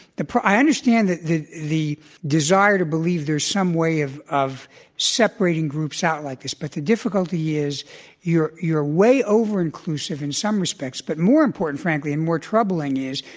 i understand that the the desire to believe there's some way of of separating groups out like this but the difficulty is you're you're way over inclusive in some respects, but more important frankly, and more troubling is,